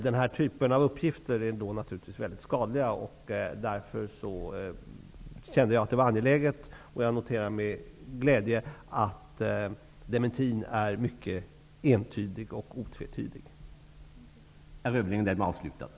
Den här typen av uppgifter är naturligtvis väldigt skadliga. Jag noterar med glädje att dementin är mycket entydig och icke tvetydig.